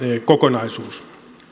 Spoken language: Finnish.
kokonaisuus